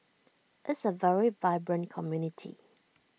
is A very vibrant community